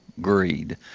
greed